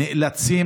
נאלצות,